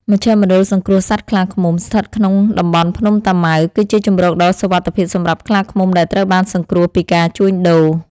មជ្ឈមណ្ឌលសង្គ្រោះសត្វខ្លាឃ្មុំ ស្ថិតក្នុងតំបន់ភ្នំតាម៉ៅ គឺជាជម្រកដ៏សុវត្ថិភាពសម្រាប់ខ្លាឃ្មុំដែលត្រូវបានសង្គ្រោះពីការជួញដូរ។